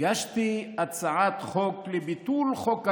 הגשתי הצעת חוק לביטול חוק הלאום,